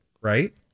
right